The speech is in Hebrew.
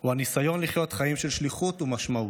הוא הניסיון לחיות חיים של שליחות ומשמעות.